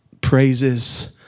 praises